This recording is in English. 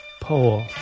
Paul